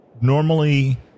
normally